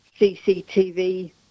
CCTV